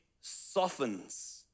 softens